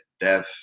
Death